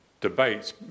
Debates